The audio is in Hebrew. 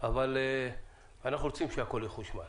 אבל אנחנו רוצים שהכול יחושמל.